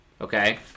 okay